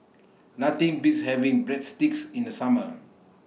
Nothing Beats having Breadsticks in The Summer